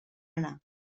anar